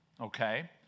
okay